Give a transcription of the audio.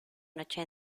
noche